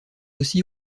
aussi